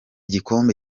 gikombe